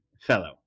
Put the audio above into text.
fellow